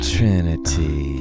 Trinity